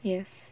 yes